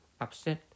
upset